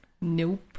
Nope